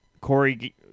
Corey